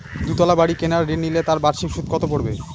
দুতলা বাড়ী কেনার ঋণ নিলে তার বার্ষিক সুদ কত পড়বে?